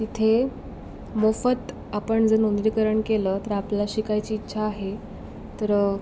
तिथे मोफत आपण जर नोंदणीकरण केलं तर आपल्याला शिकायची इच्छा आहे तर